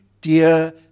dear